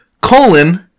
colon